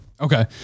Okay